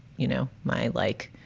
you know, my like,